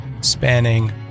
spanning